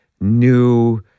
new